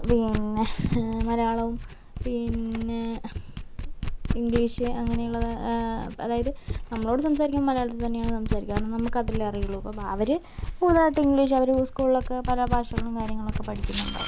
പിന്നെ മലയാളവും പിന്നെ ഇംഗ്ലീഷ് അങ്ങനേള്ളത് അതായത് നമ്മളോട് സംസാരിക്കുമ്പോൾ മലയാളത്തി തന്നെയാണ് സംസാരിക്കുക കാരണം നമുക്ക് അതല്ലേ അറിയൂള്ളൂ ഇപ്പം അവര് കൂടുതലായിട്ട് ഇംഗ്ലീഷ് അവര് സ്കൂളിലൊക്കെ പല ഭാഷകളും കാര്യങ്ങളൊക്കെ പഠിക്കുന്നുണ്ടാകും